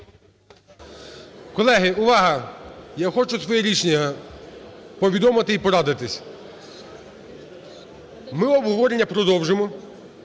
Колеги, увага! Я хочу своє рішення повідомити і порадитися. Ми обговорення продовжимо.